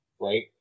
right